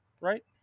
right